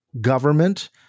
government